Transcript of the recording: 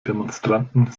demonstranten